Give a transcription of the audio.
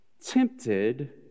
tempted